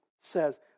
says